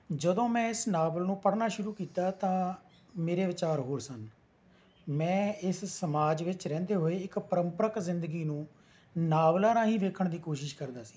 ਜਦੋਂ ਮੈਂ ਇਸ ਨਾਵਲ ਨੂੰ ਪੜ੍ਹਨਾ ਸ਼ੁਰੂ ਕੀਤਾ ਤਾਂ ਮੇਰੇ ਵਿਚਾਰ ਹੋਰ ਸਨ ਮੈਂ ਇਸ ਸਮਾਜ ਵਿੱਚ ਰਹਿੰਦੇ ਹੋਏ ਇੱਕ ਪਰੰਪਰਕ ਜ਼ਿੰਦਗੀ ਨੂੰ ਨਾਵਲਾਂ ਰਾਹੀਂ ਵੇਖਣ ਦੀ ਕੋਸ਼ਿਸ਼ ਕਰਦਾ ਸੀ